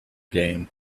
game